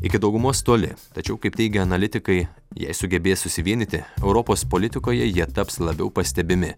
iki daugumos toli tačiau kaip teigia analitikai jei sugebės susivienyti europos politikoje jie taps labiau pastebimi